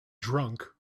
drunk